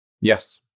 Yes